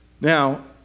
Now